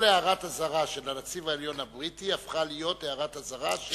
כל הערת אזהרה של הנציב העליון הבריטי הפכה להיות הערת אזהרה של,